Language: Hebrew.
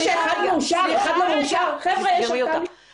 זה שאחד יאושר ואחד לא, זאת ערכאה משפטית.